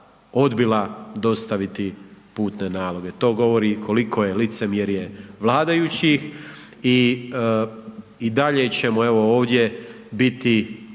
odbila dostaviti putne naloge, to govori koliko je licemjerje vladajućih i dalje ćemo evo ovdje biti